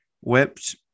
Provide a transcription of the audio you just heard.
whipped